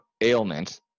ailment